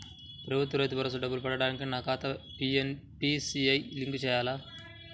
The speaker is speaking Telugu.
ప్రభుత్వ రైతు భరోసా డబ్బులు పడటానికి నా ఖాతాకి ఎన్.పీ.సి.ఐ లింక్ చేయాలా?